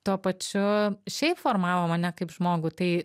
tuo pačiu šiaip formavo mane kaip žmogų tai